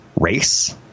race